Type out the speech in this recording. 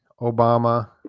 Obama